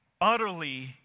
utterly